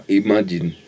imagine